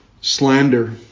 Slander